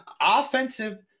offensive